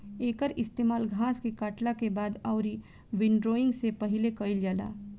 एकर इस्तेमाल घास के काटला के बाद अउरी विंड्रोइंग से पहिले कईल जाला